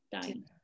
dying